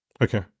Okay